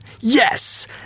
Yes